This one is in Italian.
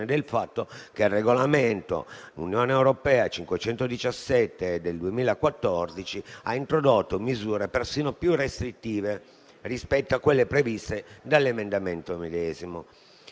del fatto che il regolamento dell'Unione europea n. 517 del 2014 ha introdotto misure persino più restrittive rispetto a quelle previste dall'emendamento medesimo.